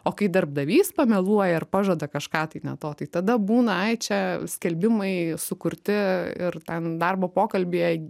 o kai darbdavys pameluoja ir pažada kažką tai ne to tai tada būna ai čia skelbimai sukurti ir ten darbo pokalbyje